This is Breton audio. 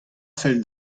fell